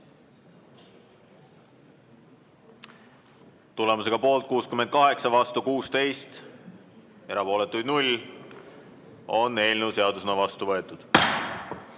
Tulemusega poolt 68, vastu 16, erapooletuid 0 on eelnõu seadusena vastu võetud.